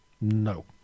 No